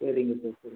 சரிங்க சார் சரி